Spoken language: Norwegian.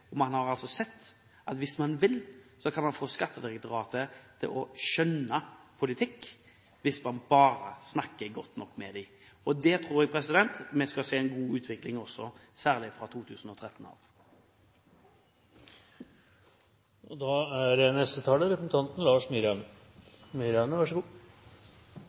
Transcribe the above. utvikling. Man har sett at hvis man vil, kan man få Skattedirektoratet til å skjønne politikk, hvis man bare snakker godt nok med dem. Jeg tror vi vil se en god utvikling, særlig fra 2013. Saksordføreren har redegjort ganske greit for bakgrunnen for at denne saken ble reist. Det var flere saker, men en av dem er